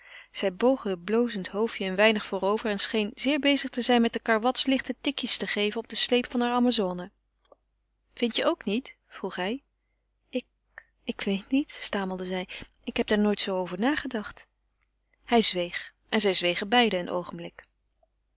zij boog heur blozend hoofdje en scheen zeer bezig te zijn met de karwats lichte tikjes te geven op den sleep harer amazone vindt jij ook niet vroeg hij ik ik weet niet stamelde zij ik heb daar nooit zoo over nagedacht hij zweeg en zij zwegen beiden een oogenblik